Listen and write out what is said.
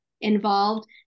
involved